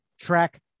track